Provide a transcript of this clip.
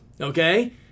Okay